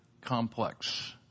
complex